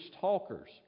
talkers